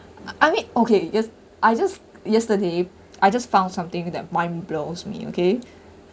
I I mean okay just I just yesterday I just found something that mind blows me okay